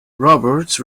roberts